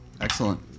Excellent